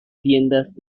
tiendas